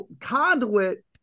conduit